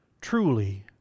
Truly